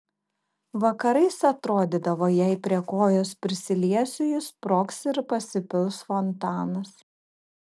vakarais atrodydavo jei prie kojos prisiliesiu ji sprogs ir pasipils fontanas